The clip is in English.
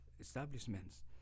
establishments